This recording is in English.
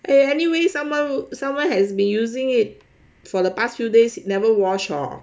eh anyway someone someone has been using it for the past few days never wash hor